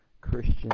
Christian